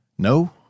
No